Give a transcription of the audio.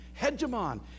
hegemon